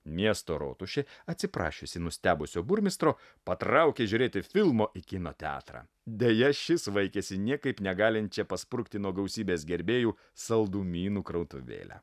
miesto rotušė atsiprašiusi nustebusio burmistro patraukė žiūrėti filmo į kino teatrą deja šis vaikėsi niekaip negalinčią pasprukti nuo gausybės gerbėjų saldumynų krautuvėlę